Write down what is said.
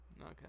okay